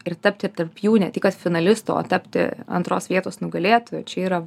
ir tapti tarp jų ne tik kad finalistu o tapti antros vietos nugalėtoju čia yra